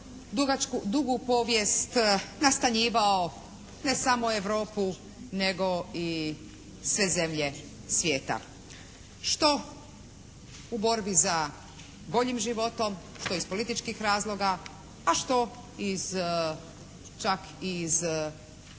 dugu povijest nastanjivao ne samo Europu nego i sve zemlje svijeta, što u borbi za boljim životom, što iz političkih razloga a što iz